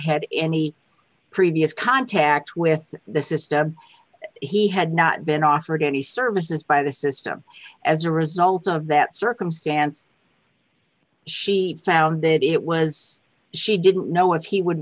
had any previous contact with the system he had not been offered any services by the system as a result of that circumstance she found that it was she didn't know what he would